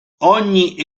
ogni